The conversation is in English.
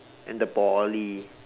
and the Poly